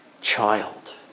child